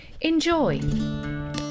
enjoy